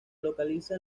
localiza